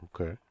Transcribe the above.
Okay